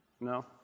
No